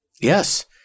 Yes